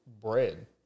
bread